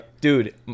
dude